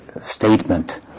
statement